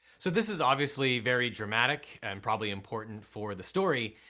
so this is obviously very dramatic and probably important for the story.